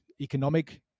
economic